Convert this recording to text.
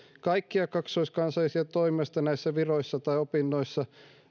kaikkia kaksoiskansalaisia toimimasta näissä viroissa tai opinnoissa